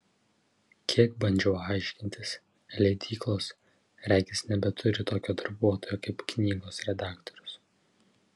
kiek bandžiau aiškintis leidyklos regis nebeturi tokio darbuotojo kaip knygos redaktorius